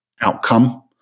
outcome